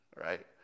right